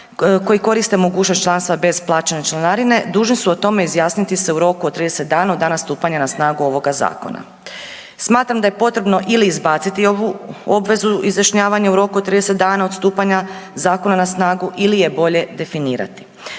koji koriste mogućnost članstva bez plaćanja članarine dužni su o tome izjasniti se u roku od 30 dana od dana stupanja na snagu ovoga zakona. Smatram da je potrebno ili izbaciti ovu obvezu izjašnjavanja u roku od 30 dana od stupanja zakona na snagu ili je bolje definirati.